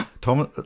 Thomas